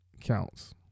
counts